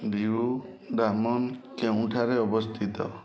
ଡିଉ ଡାମନ କେଉଁଠାରେ ଅବସ୍ଥିତ